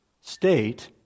state